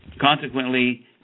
Consequently